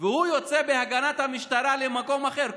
והוא יוצא, בהגנת המשטרה, למקום אחר.